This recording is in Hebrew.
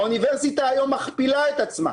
האוניברסיטה היום מכפילה את עצמה.